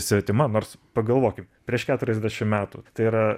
svetima nors pagalvokim prieš keturiasdešim metų tai yra